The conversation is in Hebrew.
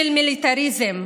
של מיליטריזם.